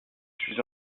suis